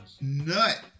nut